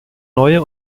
neue